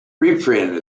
reprint